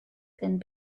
and